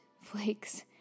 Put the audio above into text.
flakes